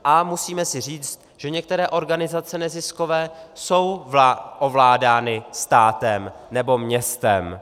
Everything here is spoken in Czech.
A musíme si říct, že některé organizace neziskové jsou ovládány státem nebo městem.